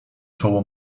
czoło